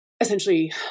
essentially